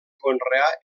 conreà